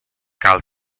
cal